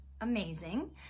amazing